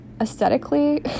aesthetically